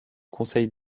conseil